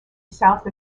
south